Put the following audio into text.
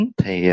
thì